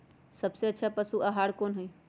सबसे अच्छा पशु आहार कोन हई?